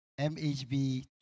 MHB